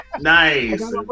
Nice